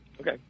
Okay